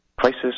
Crisis